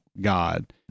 God